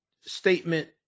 statement